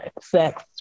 sex